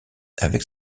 avec